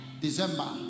December